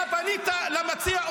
אתה פנית למציע,